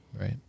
Right